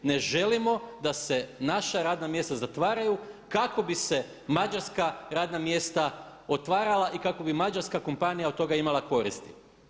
Ne želimo da se naša radna mjesta zatvaraju kako bi se mađarska radna mjesta otvarala i kako bi mađarska kompanija od toga imala koristi.